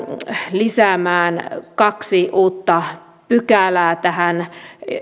lisäämään kaksi uutta pykälää tähän